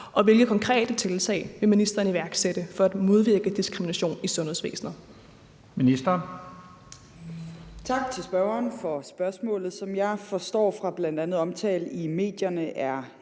og hvilke konkrete tiltag vil ministeren iværksætte for at modvirke diskrimination i sundhedsvæsenet?